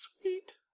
Sweet